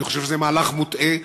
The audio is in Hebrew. אני חושב שזה מהלך מוטעה.